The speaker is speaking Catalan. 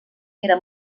era